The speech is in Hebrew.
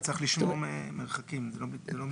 אבל צריך לשמור מרחקים, זה לא מדויק.